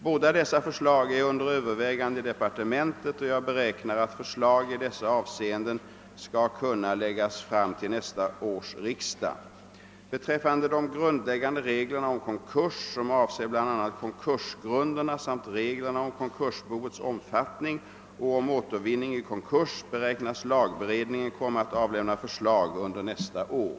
Båda dessa förslag är under övervägande i departementet, och jag beräknar att proposition i dessa avseenden skall kunna läggas fram till nästa års riksdag. en komma att avlämna förslag under nästa år.